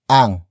ang